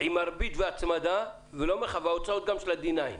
עם ריבית והצמדה וגם ההוצאות של ה-9D.